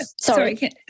Sorry